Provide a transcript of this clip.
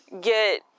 get